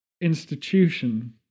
institution